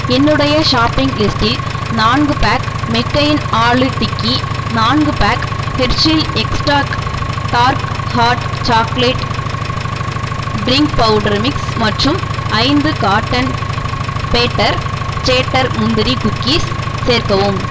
என்னுடைய ஷாப்பிங் லிஸ்டில் நான்கு பேக் மெக்கெயின் ஆலு டிக்கி நான்கு pack Hershey's exotic dark hot chocolate drink powder mix மற்றும் ஐந்து காட்டன் பேட்டர் சேட்டர் முந்திரி குக்கீஸ் சேர்க்கவும்